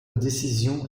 décision